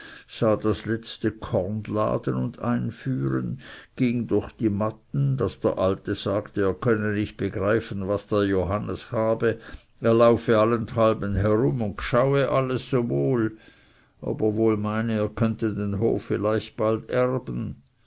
das letzte korn laden und einführen ging durch die matten daß der alte sagte er könne nicht begreifen was der johannes habe er laufe allenthalben herum und gschaue alles so wohl ob er wohl meine er könnte den hof vielleicht bald erben